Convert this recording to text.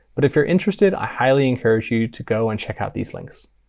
but if you're interested, i highly encourage you to go and check out these links.